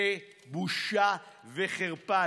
זה בושה וחרפה.